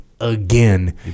again